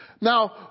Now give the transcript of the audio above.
Now